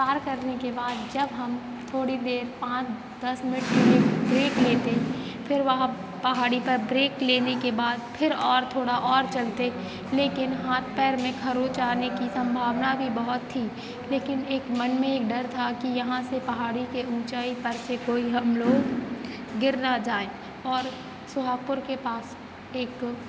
पार करने के बाद जब हम थोड़ी देर पाँच दस मिनट के लिए ब्रेक ब्रेक लेते फ़िर वहाँ पहाड़ी पर ब्रेक लेने के बाद फ़िर और थोड़ा और चलते लेकिन हाथ पैर में खरोंच आने की संभावना भी बहुत थी लेकिन एक मन में एक डर था कि यहाँ से पहाड़ी के ऊँचाई पर से कोई हम लोग गिर न जाए और सोहागपुर के पास एक